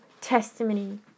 testimony